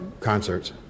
concerts